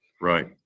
Right